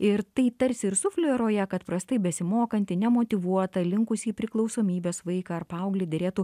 ir tai tarsi ir sufleruoja kad prastai besimokantį nemotyvuotą linkusį į priklausomybes vaiką ar paauglį derėtų